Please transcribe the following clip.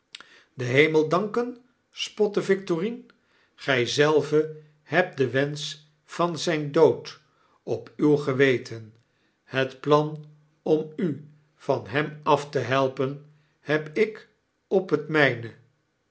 den hemel danken spotte victorine gij zelve hebt den wensch van zijn dood op uw geweten het plan om u van hem af te helpen heb ik op het mijne